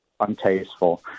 untasteful